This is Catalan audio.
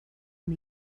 amb